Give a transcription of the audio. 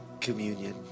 communion